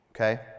okay